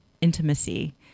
intimacy